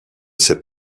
sait